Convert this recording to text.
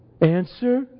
Answer